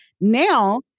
now